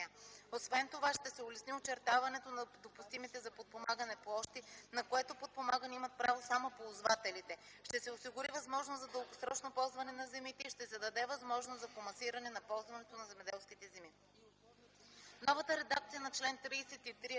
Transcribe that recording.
Освен това, ще се улесни очертаването на допустимите за подпомагане площи, на което подпомагане имат право само ползвателите, ще се осигури възможност за дългосрочно ползване на земите и ще се даде възможност за комасиране на ползването на земеделските земи.